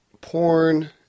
porn